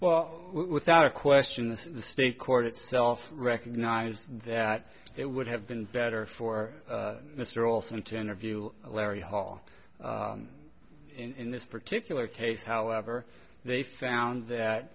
well without a question the state court itself recognized that it would have been better for mr olson to interview larry hall in this particular case however they found that